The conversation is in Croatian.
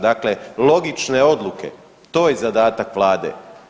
Dakle, logične odluke, to je zadatak Vlade.